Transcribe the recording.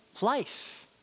life